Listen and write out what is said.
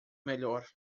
melhor